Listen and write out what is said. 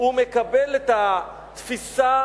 הוא מקבל את התפיסה